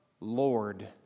Lord